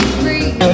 free